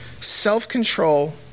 self-control